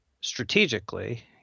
strategically